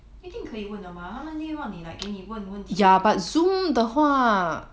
一定可以问的吗他们一定会让你 like 给你问问题